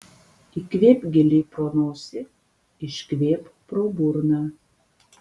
įkvėpk giliai pro nosį iškvėpk pro burną